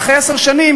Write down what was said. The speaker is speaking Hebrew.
בעצם האפשרות.